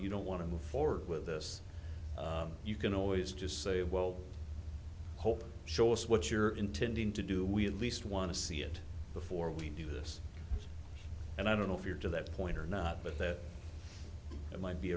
you don't want to move forward with this you can always just say well hope show us what you're intending to do we at least want to see it before we do this and i don't know if you're to that point or not but that it might be